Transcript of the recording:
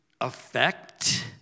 affect